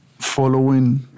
following